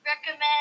recommend